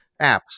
Apps